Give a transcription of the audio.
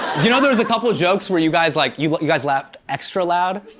you know there was a couple jokes where you guys like, you you guys laughed extra loud.